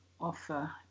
offer